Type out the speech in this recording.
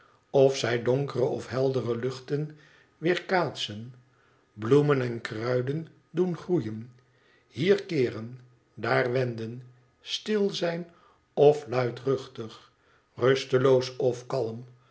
of zij donkere of heldere luchten weerkaatsen bloemen en kruiden doen groeien hier keeren daar wenden stil zijn of luidruchtig rusteloos of kalm